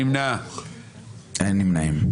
3 נמנעים.